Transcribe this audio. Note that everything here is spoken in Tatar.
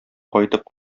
кайтып